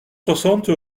soixante